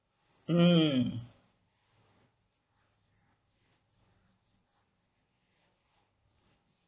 mm